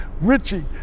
Richie